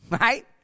right